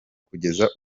kugeza